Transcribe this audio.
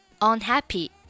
unhappy